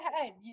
ahead